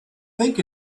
think